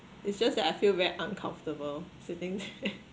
it's just that I feel very uncomfortable sitting